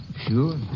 Sure